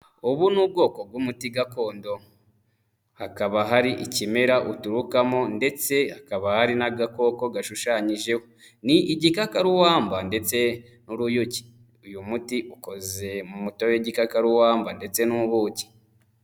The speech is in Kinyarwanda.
Ubu ni ubwoko bw'umuti gakondo. Hakaba hari ikimera uturukamo ndetse hakaba hari n'agakoko gashushanyijeho. Ni igikakarubamba ndetse n'uruyuki. Uyu muti ukoze mu mutobe w'igikakarubamba ndetse n'ubuki.